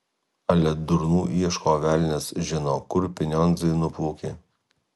ale durnų ieško velnias žino kur pinionzai nuplaukė